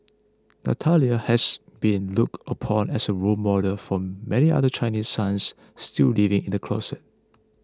Natalia has been looked upon as a role model for many other Chinese sons still living in the closet